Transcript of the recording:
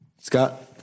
Scott